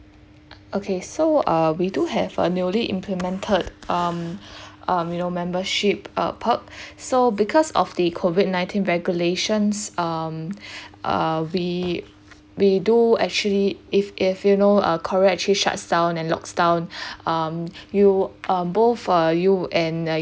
okay so uh we do have a newly implemented um um you know membership uh perk so because of the COVID nineteen regulations um uh we we do actually if if you know uh korea actually shuts down and locks down um you uh both uh you and uh